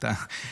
טלי זה בסדר.